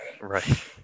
Right